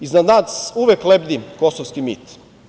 Iznad nas uvek lebdi kosovski mit.